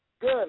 Good